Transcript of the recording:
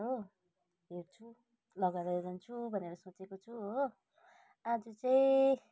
हो हेर्छु लगाएर जान्छु भनेर सोचेको छु हो आज चाहिँ